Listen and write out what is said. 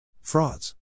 frauds